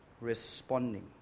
responding